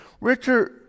Richard